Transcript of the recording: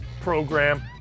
program